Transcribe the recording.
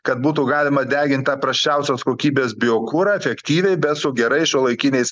kad būtų galima degint tą prasčiausios kokybės biokurą efektyviai bet su gerais šiuolaikiniais